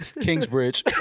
Kingsbridge